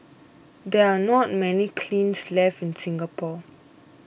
there are not many kilns left in Singapore